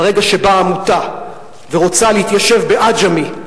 אבל ברגע שבאה עמותה ורוצה להתיישב בעג'מי,